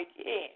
again